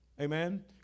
amen